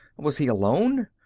was he alone?